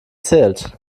zählt